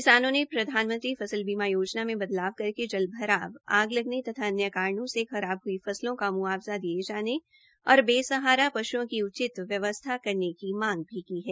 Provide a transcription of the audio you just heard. किसानों ने प्रधानमंत्री फसल बीमा योजना में बदलाव करके जल भराव आग लगने तथा अन्य कारणों से खराब हई फसलों का म्आवजा दिये जाने और बेसहारा पश्ञांे की उचित व्यवस्था करने की मांग भी की है